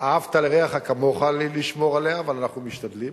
"ואהבת לרעך כמוך", אבל אנחנו משתדלים,